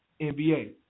NBA